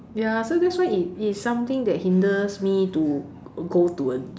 ya so that's why it it's something that hinders me to go to a